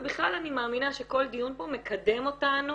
ובכלל אני מאמינה שכל דיון פה מקדם אותנו